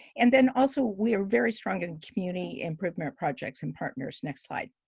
and then also we are very strong in community improvement projects and partners. next slide.